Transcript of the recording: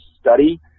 study